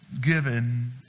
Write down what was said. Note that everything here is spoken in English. given